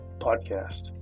podcast